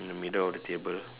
in the middle of the table